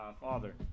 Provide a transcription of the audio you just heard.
father